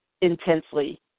intensely